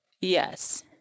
Yes